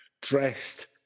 dressed